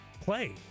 play